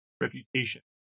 reputation